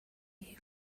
you